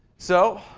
so,